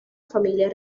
familia